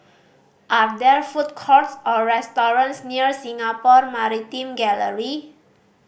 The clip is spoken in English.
are there food courts or restaurants near Singapore Maritime Gallery